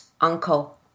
uncle